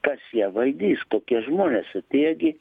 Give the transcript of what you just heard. kas ją valdys kokie žmonės atėjo gi